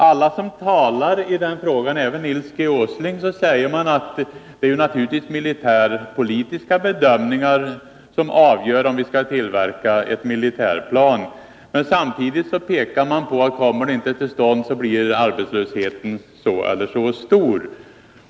Alla som talar i den här frågan — även Nils Åsling — säger att det naturligtvis är militärpolitiska bedömningar som avgör om vi skall tillverka ett militärflygplan. Men samtidigt säger man, att om det inte kommer till stånd blir arbetslösheten så eller så stor.